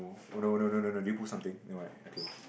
oh no no no no did you put something no right okay